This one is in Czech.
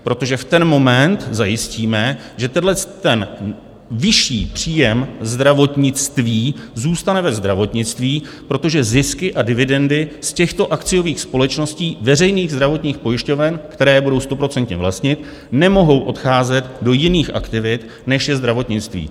Protože v ten moment zajistíme, že tenhle vyšší příjem zdravotnictví zůstane ve zdravotnictví, protože zisky a dividendy z těchto akciových společností, veřejných zdravotních pojišťoven, které budou stoprocentně vlastnit, nemohou odcházet do jiných aktivit, než je zdravotnictví.